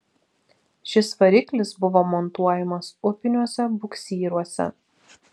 šis variklis buvo montuojamas upiniuose buksyruose